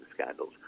scandals